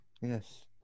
Yes